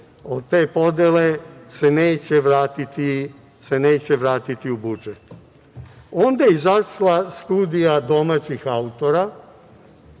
od te podele se ne neće vratiti u budžet. Onda je izašla studija domaćih autora